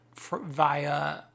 via